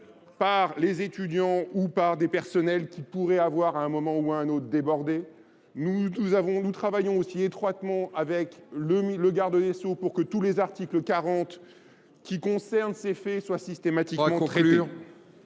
par les étudiants ou par des personnels qui pourraient avoir à un moment ou à un autre débordé. Nous travaillons aussi étroitement avec le garde des Sceaux pour que tous les articles 40 qui concernent ces faits soient systématiquement traités.